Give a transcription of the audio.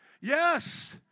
Yes